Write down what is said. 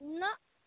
ना